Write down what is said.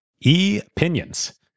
E-Pinions